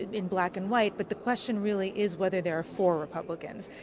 in black and white. but the question really is whether they are for republicans.